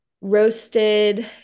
roasted